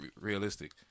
realistic